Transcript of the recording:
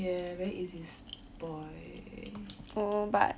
yeah very spoil